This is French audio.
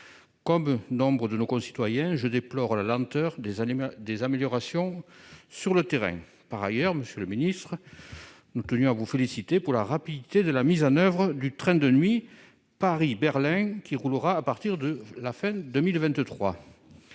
comme nombre de nos concitoyens, je déplore la lenteur des animaux, des améliorations sur le terrain, par ailleurs, Monsieur le ministre, nous tenions à vous féliciter pour la rapidité de la mise en oeuvre du train de nuit Paris- Berlin qui roulera à partir de la fin 2023